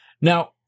Now